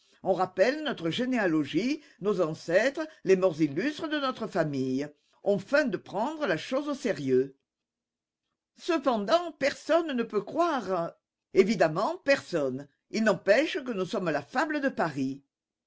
on rappelle notre généalogie nos ancêtres les morts illustres de notre famille on feint de prendre la chose au sérieux cependant personne ne peut croire évidemment personne il n'empêche que nous sommes la fable de paris